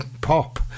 pop